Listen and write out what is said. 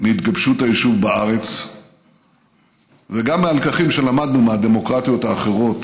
מהתגבשות היישוב בארץ וגם מהלקחים שלמדנו מהדמוקרטיות האחרות